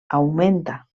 augmenta